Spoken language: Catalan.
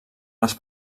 les